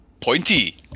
pointy